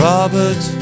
Robert